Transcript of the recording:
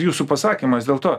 jūsų pasakymas dėl to